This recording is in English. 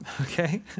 okay